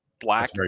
Black